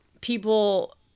People